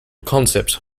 concept